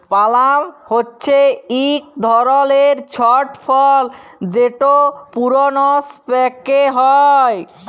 পালাম হছে ইক ধরলের ছট ফল যেট পূরুনস পাক্যে হয়